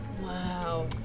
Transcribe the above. Wow